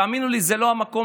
תאמינו לי, זה לא המקום.